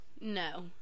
No